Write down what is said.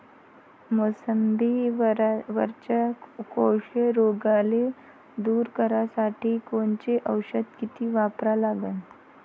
मोसंबीवरच्या कोळशी रोगाले दूर करासाठी कोनचं औषध किती वापरा लागन?